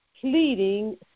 pleading